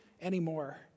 anymore